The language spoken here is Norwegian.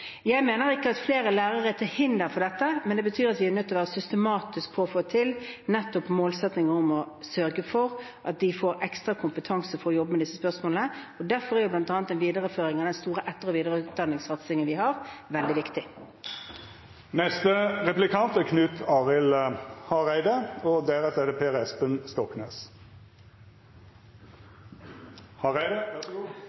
Jeg mener ikke at flere lærere er til hinder for dette, men det betyr at vi er nødt til å være systematiske for å få til nettopp målsetninger om å sørge for at de får ekstra kompetanse for å jobbe med disse spørsmålene. Derfor er bl.a. en videreføring av den store etter- og videreutdanningssatsingen vi har, veldig viktig. Det